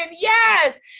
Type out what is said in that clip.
yes